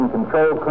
Control